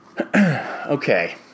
Okay